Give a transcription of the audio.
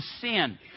sin